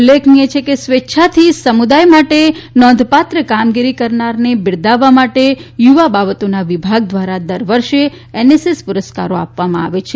ઉલ્લેખનિય છે કે સ્વેચ્છાથી સમુદાય માટે નોંધપાત્ર કામગીરી કરનારને બિરદાવવા માટે યુવા બાબતોના વિભાગ દ્વારા દર વર્ષે એનએસએસ પુરસ્કારો આપવામાં આવે છે